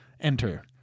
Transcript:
Enter